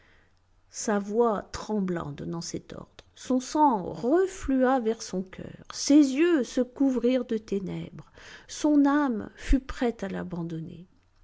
sa voix trembla en donnant cet ordre son sang reflua vers son coeur ses yeux se couvrirent de ténèbres son âme fut prête à l'abandonner